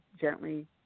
gently